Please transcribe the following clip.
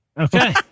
Okay